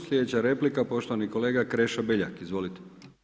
Slijedeća replika poštovani kolega Krešo Beljak, izvolite.